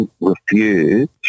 refused